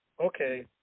okay